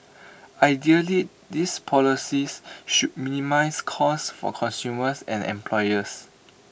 ideally these policies should minimise cost for consumers and employers